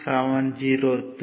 703 53